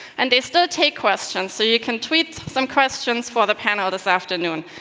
and they still take questions, so you can tweet some questions for the panel this afternoon.